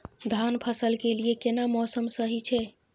धान फसल के लिये केना मौसम सही छै?